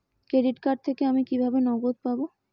Credit card থেকে আমি কিভাবে নগদ পাব?